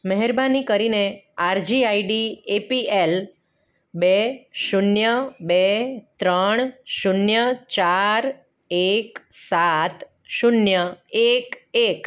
મહેરબાની કરીને અરજી આઇડી એ પી એલ બે શૂન્ય બે ત્રણ શૂન્ય ચાર એક સાત શૂન્ય એક એક